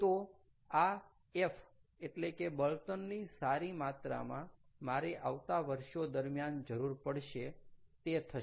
તો આ F એટલે કે બળતણની સારી માત્રામાં મારે આવતા વર્ષો દરમ્યાન જરૂર પડશે તે થશે